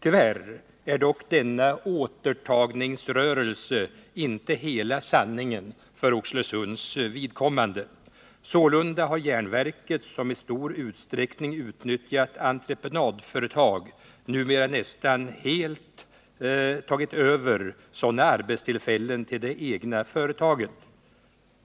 Tyvärr är dock denna återtagningsrörelse inte hela sanningen för Oxelösunds vidkommande. Sålunda har t.ex. järnverket, som i stor utsträckning utnyttjat entreprenadföretag, numera nästan helt tagit över sådana arbetstillfällen till det egna företaget.